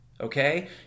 Okay